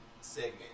segment